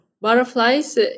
butterflies